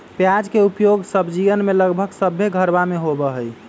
प्याज के उपयोग सब्जीयन में लगभग सभ्भे घरवा में होबा हई